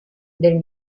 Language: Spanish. del